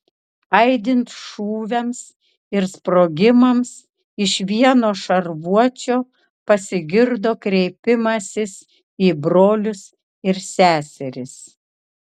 aidint šūviams ir sprogimams iš vieno šarvuočio pasigirdo kreipimasis į brolius ir seseris